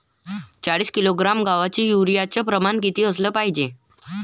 चाळीस किलोग्रॅम गवासाठी यूरिया च प्रमान किती असलं पायजे?